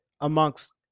amongst